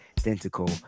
identical